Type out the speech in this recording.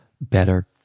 better